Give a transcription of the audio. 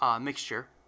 mixture